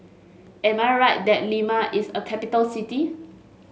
am I right that Lima is a capital city